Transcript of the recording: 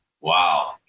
wow